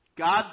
God